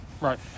Right